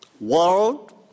world